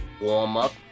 warm-up